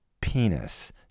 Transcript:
penis